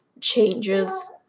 changes